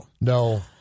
No